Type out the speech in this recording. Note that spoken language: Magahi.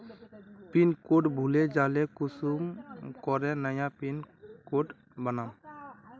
पिन कोड भूले जाले कुंसम करे नया पिन कोड बनाम?